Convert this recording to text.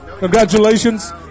Congratulations